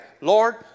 Lord